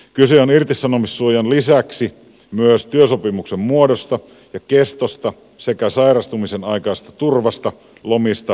kyse on irtisanomissuojan lisäksi myös työsopimuksen muodosta ja kestosta sekä sairastumisen aikaisesta turvasta lomista puhumattakaan